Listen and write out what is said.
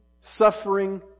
suffering